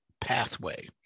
pathway